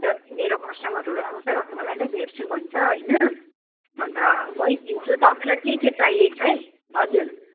जति मेरो कस्टमरहरू आउँछ मलाई नै भेट्छु भन्छ होइन अन्त मै दिन्छु तपाईँलाई के के चाहिएको छै हजुर